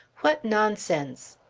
what nonsense!